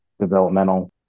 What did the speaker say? developmental